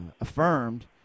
affirmed